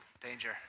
danger